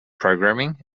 programming